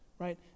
right